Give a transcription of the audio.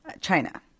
China